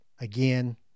again